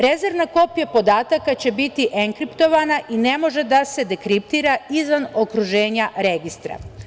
Rezervna kopija podataka će biti enkriptovana i ne može da se dekriptira izvan okruženja registra.